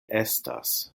estas